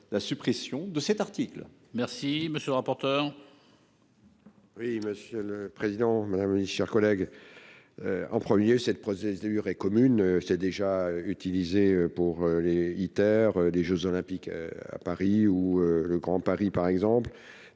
la suppression de cet article.